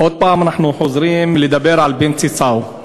עוד פעם אנחנו חוזרים לדבר על בנצי סאו,